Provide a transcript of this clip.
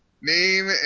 name